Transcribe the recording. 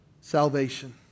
salvation